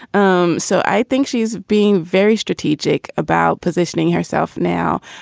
um so i think she's being very strategic about positioning herself now.